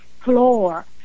floor